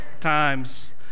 times